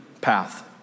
path